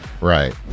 Right